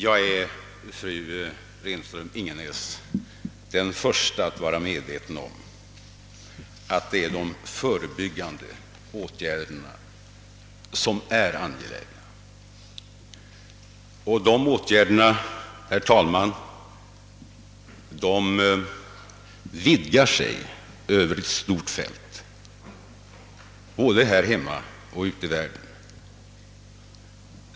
Jag är, fru Renström-Ingenäs, den förste att erkänna, att det är de förebyggande åtgärderna som är angelägna. De sträcker sig över ett stort fält både här hemma och ute i världen.